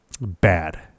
bad